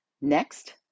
Next